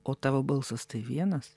o tavo balsas tai vienas